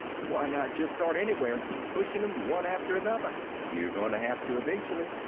why not just start anywhere and keep pushing em one after another you're going to have to eventually,